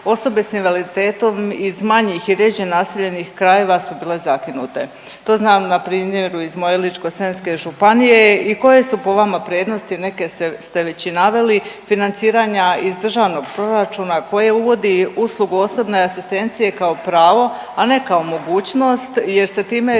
osobe s invaliditetom iz manjih i rjeđe naseljenih krajeva su bile zakinute. To znam na primjeru iz moje Ličko-senjske županije i koje su po vama prednosti, neke ste već i naveli, financiranja iz državnog proračuna koje uvodi uslugu osobne asistencije kao pravo, a ne kao mogućnost jer se time proširuje